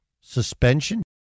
suspension